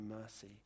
mercy